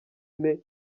ine